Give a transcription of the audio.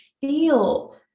feel